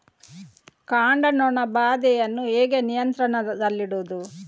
ಕಾಂಡ ನೊಣ ಬಾಧೆಯನ್ನು ಹೇಗೆ ನಿಯಂತ್ರಣದಲ್ಲಿಡುವುದು?